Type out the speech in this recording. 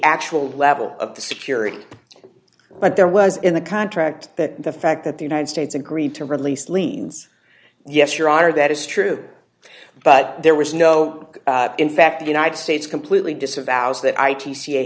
actual level of the security but there was in the contract that the fact that the united states agreed to release liens yes your honor that is true but there was no in fact the united states completely disavows that i